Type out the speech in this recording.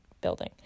building